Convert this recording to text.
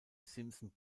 simpson